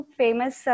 famous